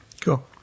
Cool